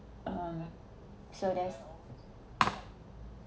um so there's